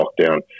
lockdown